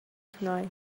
tonight